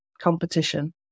competition